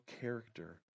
character